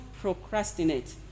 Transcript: procrastinate